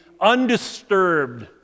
undisturbed